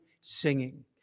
singing